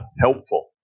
helpful